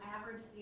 average